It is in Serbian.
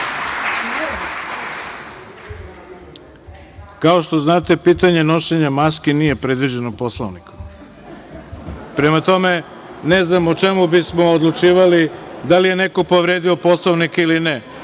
Kao što znate, pitanje nošenja maske nije predviđeno Poslovnikom. Prema tome, ne znam o čemu bismo odlučivali da li je neko povredio Poslovnik ili